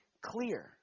clear